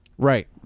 Right